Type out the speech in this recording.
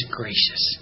gracious